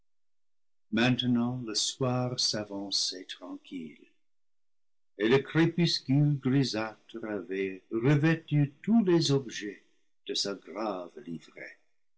maintenant le soir s'avançait tranquille et le crépuscule grisâtre avait revêtu tous les objets de